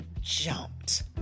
jumped